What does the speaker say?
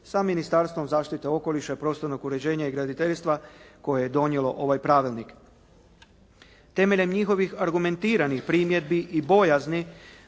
sa Ministarstvom zaštite okoliša, prostornog uređenja i graditeljstva koje je donijelo ovaj pravilnik. Temeljem njihovih argumentiranih primjedbi i bojazni